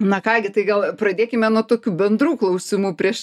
na ką gi tai gal pradėkime nuo tokių bendrų klausimų prieš